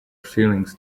feelings